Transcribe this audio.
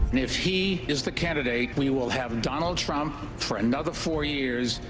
if he is the candidate, we will have donald trump for another four years.